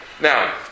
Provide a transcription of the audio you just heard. Now